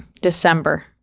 December